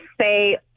say